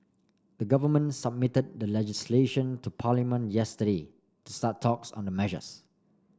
the government submitted the legislation to Parliament yesterday start talks on the measures